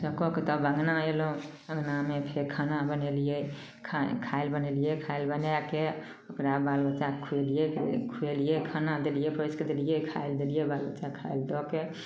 ई सब कऽ के तब अँगना अयलहुँ अँगनामे फेर खाना बनेलियै खाए खाए लऽ बनेलियै खाए लऽ के ओकरा बालबच्चके खुएलियै खुएलियै खाना देलियै परसि कऽ देलियै खाए लै देलियै बालबच्चाके खाए लै दऽ के